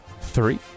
Three